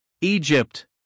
Egypt